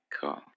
cool